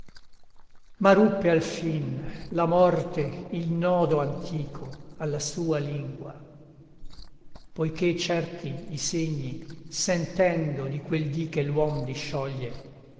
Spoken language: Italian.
ma ruppe alfin la morte il nodo antico alla sua lingua poiché certi i segni sentendo di quel dì che l'uom discioglie